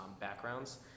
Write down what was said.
backgrounds